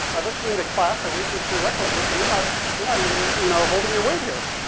i let you into class. i waived your prerequisite, and you're not, you're not even, you know, holding your weight here.